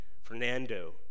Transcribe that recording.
Fernando